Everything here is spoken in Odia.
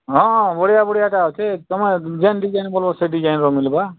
ହଁ ବଢ଼ିଆ ବଢ଼ିଆଟା ଅଛି ତମେ ଡିଜାଇନ୍ ଡିଜାଇନ୍ ଭଲ ସେ ଡିଜାଇନର ମିଲବା